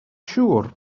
siŵr